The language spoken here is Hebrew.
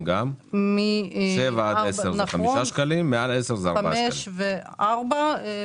ייצורו או מועד עלייתו לכביש מעל 10 שנים 1 6 6 5 4 2